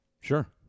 Sure